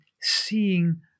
seeing